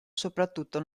soprattutto